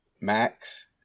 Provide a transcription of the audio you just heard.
Max